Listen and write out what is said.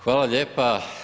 Hvala lijepa.